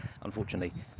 Unfortunately